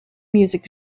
music